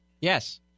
Yes